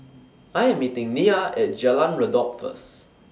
I Am meeting Nia At Jalan Redop First